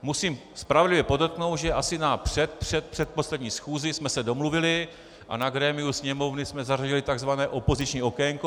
Musím spravedlivě podotknout, že asi na předpředpředposlední schůzi jsme se domluvili a na grémiu Sněmovny jsme zařadili tzv. opoziční okénko.